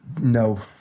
No